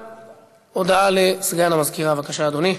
הודעה לסגן המזכירה, בבקשה, אדוני.